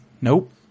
Nope